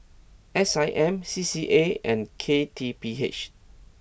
S I M C C A and K T P H